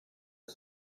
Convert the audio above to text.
the